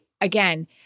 again